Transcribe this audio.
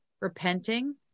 repenting